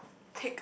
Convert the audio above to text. take